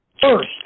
first